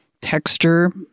Texture